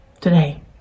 Today